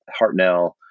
Hartnell